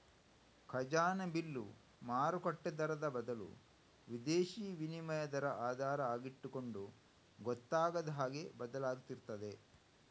ಖಜಾನೆ ಬಿಲ್ಲು ಮಾರುಕಟ್ಟೆ ದರದ ಬದಲು ವಿದೇಶೀ ವಿನಿಮಯ ದರ ಆಧಾರ ಆಗಿಟ್ಟುಕೊಂಡು ಗೊತ್ತಾಗದ ಹಾಗೆ ಬದಲಾಗ್ತಿರ್ತದೆ